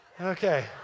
Okay